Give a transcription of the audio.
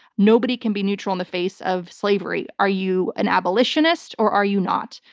nobody can be neutral in the face of slavery. are you an abolitionist or are you not?